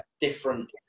different